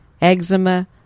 eczema